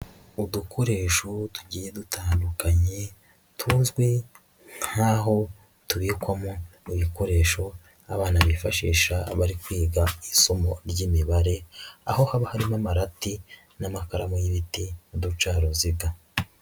Udukoresho tugiye dutandukanye tuzwi nkaho tubikwamo ibikoresho abana bifashisha bari kwiga isomo ry'Imibare, aho haba harimo amarati n'amakaramu y'ibiti n'uducaruziga.